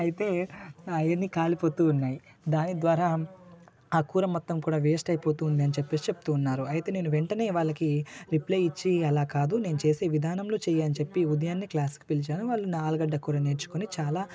అయితే ఆయన్ని కాలిపోతు ఉన్నాయి దాని ద్వారా ఆ కూర మొత్తం కూడా వేస్ట్ అయిపోతూ ఉంది అని చెప్పి చెప్తూ ఉన్నారు అయితే నేను వెంటనే వాళ్ళకి రిప్లై ఇచ్చి అలా కాదు నేను చేసే విధానంలో చెయ్యి అని చెప్పి ఉదయాన్నే క్లాస్కి పిలిచాను వాళ్ళు ఆలుగడ్డ కూడా నేర్చుకుని చాలా